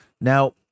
now